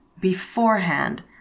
beforehand